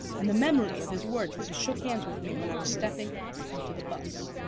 and the memory of his words as he shook hands with me when i was stepping into the bus